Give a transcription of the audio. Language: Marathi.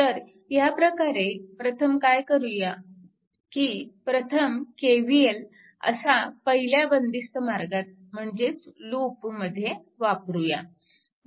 तर ह्या प्रकारे प्रथम काय करूया की प्रथम KVL असा पहिल्या बंदिस्त मार्गात म्हणजेच लूप मध्ये वापरूया